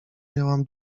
miałam